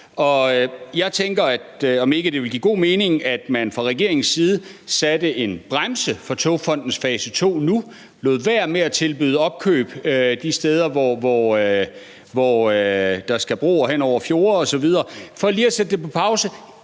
Og jeg tænker, om ikke det ville give god mening, at man fra regeringens side satte en bremse for Togfonden DK's fase 2 nu, lod være med at tilbyde opkøb de steder, hvor der skal broer over fjorde osv., for lige at sætte det på pause,